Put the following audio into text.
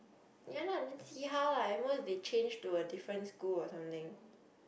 ya lah then see how lah at most they change to a different school or something